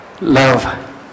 Love